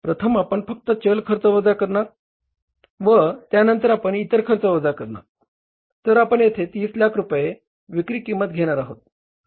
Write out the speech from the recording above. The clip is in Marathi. प्रथम आपण फक्त चल खर्च वजा करणार आहोत व त्यानंतर आपण इतर खर्च वजा करणार आहोत तर आपण येथे 30 लाख रुपये विक्री किंमत घेणार आहोत